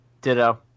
Ditto